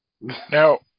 Now